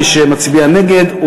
מי שמצביע נגד,